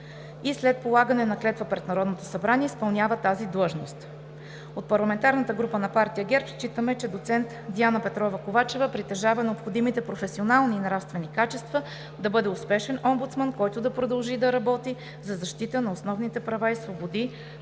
и след полагане на клетва пред Народното събрание изпълнява тази длъжност. От парламентарната група на партия ГЕРБ считаме, че доцент Диана Петрова Ковачева притежава необходимите професионални и нравствени качества да бъде успешен омбудсман, който да продължи да работи за защита на основните права и свободи